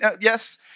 Yes